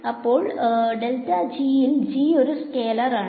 ഇപ്പോൾ ഇൽ g ഒരു സ്കാലർ ആണ്